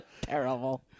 Terrible